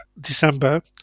December